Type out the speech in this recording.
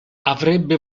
avrebbe